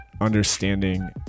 understanding